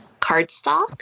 cardstock